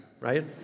right